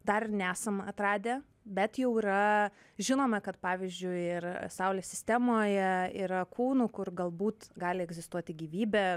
dar nesam atradę bet jau yra žinome kad pavyzdžiui ir saulės sistemoje yra kūnų kur galbūt gali egzistuoti gyvybė